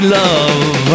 love